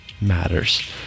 matters